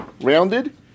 rounded